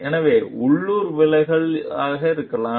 எனவே உள்ளூர் விலகல்கள் இருக்கலாம்